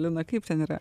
lina kaip ten yra